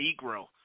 Negro